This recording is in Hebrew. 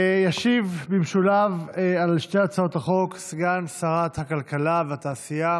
ישיב במשולב על שתי הצעות החוק סגן שרת הכלכלה והתעשייה